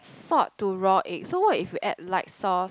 salt to raw egg so what if you add light sauce